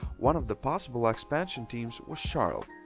one of the possible expansion teams was charlotte.